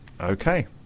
okay